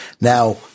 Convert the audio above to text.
Now